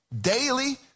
daily